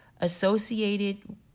associated